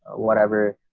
whatever.